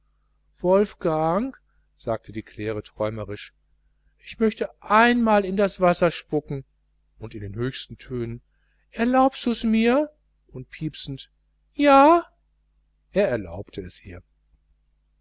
wolfgang sagte die claire träumerisch ich möcht einmal in das wasser spucken und in den höchsten tönen erlaubs du mir und piepsend ja er erlaubte es ihr